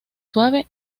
suave